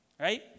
Right